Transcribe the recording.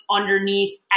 underneath